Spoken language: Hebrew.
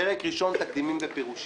פרק ראשון: תקדימים ופירושים,